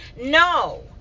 No